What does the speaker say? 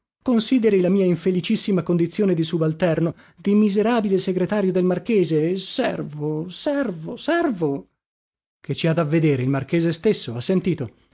consideri la mia infelicissima condizione di subalterno di miserabile segretario del marchese servo servo servo che ci ha da vedere il marchese stesso ha sentito